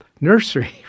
nursery